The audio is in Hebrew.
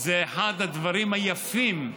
זה אחד הדברים היפים,